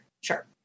sure